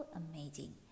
amazing